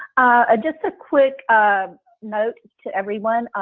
ah just a quick note to everyone.